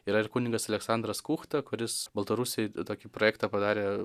yra ir kunigas aleksandras kūchta kuris baltarusijoj tokį projektą padarė